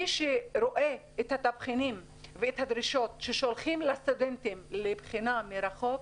מי שרואה את התבחינים ואת הדרישות ששולחים לסטודנטים לבחינה מרחוק,